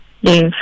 Yes